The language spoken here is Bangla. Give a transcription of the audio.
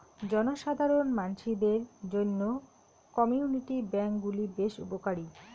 জনসাধারণ মানসিদের জইন্যে কমিউনিটি ব্যাঙ্ক গুলি বেশ উপকারী